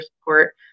support